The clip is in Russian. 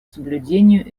соблюдению